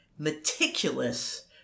meticulous